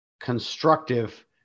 constructive